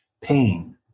pain